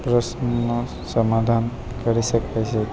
પ્રશ્નનો સમાધાન કરી શકે છે